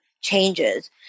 changes